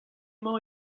mañ